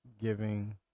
giving